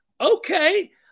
Okay